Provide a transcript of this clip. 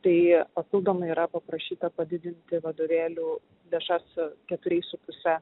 tai papildomai yra paprašyta padidinti vadovėlių lėšas keturiais su puse